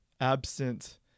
absent